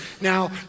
Now